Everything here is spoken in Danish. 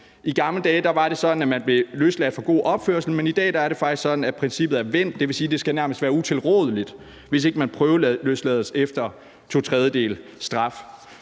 I gamle dage var det sådan, at man blev løsladt for god opførsel, men i dag er det faktisk sådan, at princippet er vendt, hvilket nærmest vil sige, at hvis ikke man prøveløslades efter to tredjedeles straf,